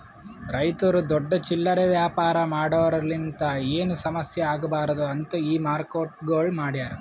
ರೈತುರು ದೊಡ್ಡ ಚಿಲ್ಲರೆ ವ್ಯಾಪಾರ ಮಾಡೋರಲಿಂತ್ ಏನು ಸಮಸ್ಯ ಆಗ್ಬಾರ್ದು ಅಂತ್ ಈ ಮಾರ್ಕೆಟ್ಗೊಳ್ ಮಾಡ್ಯಾರ್